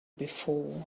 before